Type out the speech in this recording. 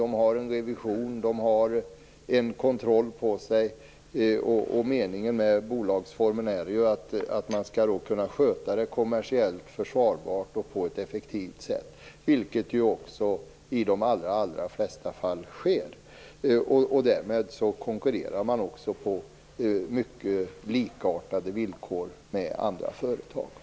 De har en revision och en kontroll på sig, och meningen med bolagsformen är att verksamheten skall kunna skötas kommersiellt försvarbart och på ett effektivt sätt, vilket också i de allra flesta fall sker. Därmed konkurrerar man också på villkor som är mycket likartade andra företags.